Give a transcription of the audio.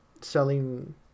selling